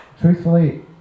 truthfully